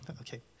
okay